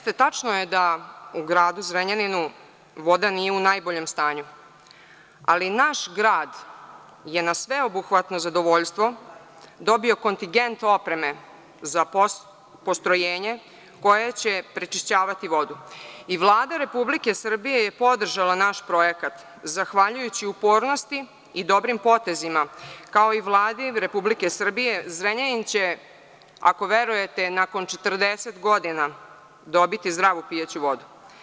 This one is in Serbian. Tačno je da u gradu Zrenjaninu voda nije u najboljem stanju, ali naš grad je na sveobuhvatno zadovoljstvo dobio kontigent opreme za postrojenje koje će pročišćavati vodu i Vlada RS je podržala naš projekat zahvaljujući upornosti i dobrim potezima, kao i Vladi Republike Srbije, Zrenjanin će, ako verujete, nakon 40 godina dobiti zdravu pijaću vodu.